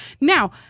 Now